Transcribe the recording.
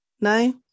No